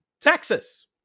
Texas